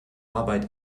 arbeit